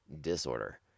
disorder